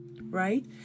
right